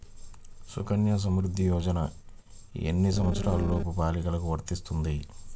సుకన్య సంవృధ్ది యోజన ఎన్ని సంవత్సరంలోపు బాలికలకు వస్తుంది?